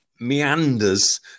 meanders